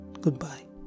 goodbye